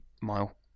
mile